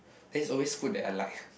then it's always food that I like